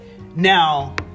Now